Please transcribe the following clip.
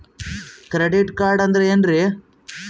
Credit card ಅಂದ್ರ ಏನ್ರೀ?